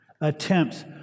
attempts